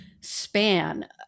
span